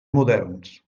moderns